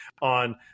on